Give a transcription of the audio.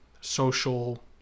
social